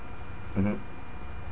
mmhmm